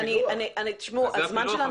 זה הפילוח,